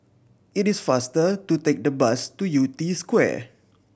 it is faster to take the bus to Yew Tee Square